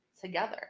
together